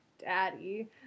daddy